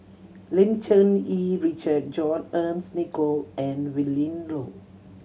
Lim Cherng Yih Richard John Fearns Nicoll and Willin Low